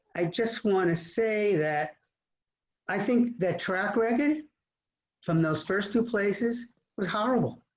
i just want to say that i think that track record from those first two places was horrible.